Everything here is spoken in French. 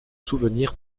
souvenir